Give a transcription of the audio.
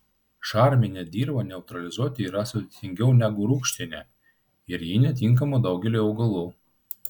šarminę dirvą neutralizuoti yra sudėtingiau negu rūgštinę ir ji netinkama daugeliui augalų